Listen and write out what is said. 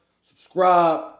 subscribe